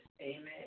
Amen